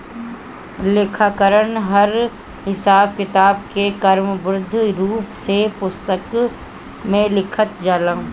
लेखाकरण हर हिसाब किताब के क्रमबद्ध रूप से पुस्तिका में लिखल जाला